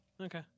Okay